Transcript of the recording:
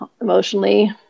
emotionally